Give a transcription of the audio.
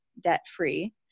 debt-free